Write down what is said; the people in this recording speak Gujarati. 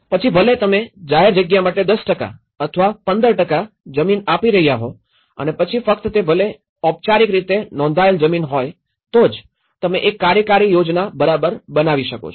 પછી ભલે તમે જાહેર જગ્યા માટે ૧૦ અથવા ૧૫ જમીન આપી રહ્યા હો અને પછી ફક્ત તે ભલે ઔપચારિક રીતે નોંધાયેલ જમીન હોઈ તો જ તમે એક કાર્યકારી યોજના બરાબર બનાવી શકો છો